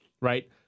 right